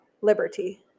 liberty